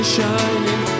shining